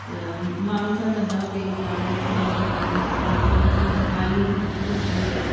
त माण्हू छा कंदा हुआ पहिरीं त आड़े में ॿ माण्हू अचनि पिया हलो तूं अची आई आहे त तूं बि खाई वञु